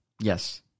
Yes